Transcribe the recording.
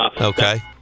Okay